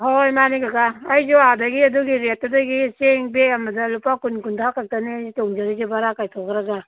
ꯍꯣꯏ ꯍꯣꯏ ꯃꯥꯟꯅꯤ ꯀꯀꯥ ꯑꯩꯁꯨ ꯑꯗꯒꯤ ꯑꯗꯨꯒꯤ ꯔꯦꯠꯇꯨꯗꯒꯤ ꯆꯦꯡ ꯕꯦꯒ ꯑꯃꯗ ꯂꯨꯄꯥ ꯀꯨꯟ ꯀꯨꯟꯊ꯭ꯔꯥ ꯈꯛꯇꯅꯦ ꯑꯩꯅ ꯇꯣꯡꯖꯔꯤꯁꯦ ꯕꯔꯥ ꯀꯥꯏꯊꯣꯛꯈ꯭ꯔꯒ